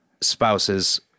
spouses